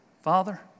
Father